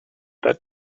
that